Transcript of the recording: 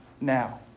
now